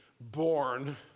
born